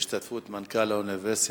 בהשתתפות מנכ"ל האוניברסיטה,